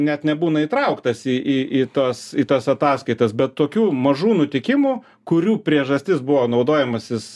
net nebūna įtrauktas į į į tas į tas ataskaitas bet tokių mažų nutikimų kurių priežastis buvo naudojimasis